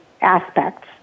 aspects